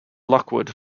lockwood